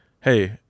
hey